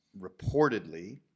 reportedly